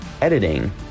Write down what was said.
editing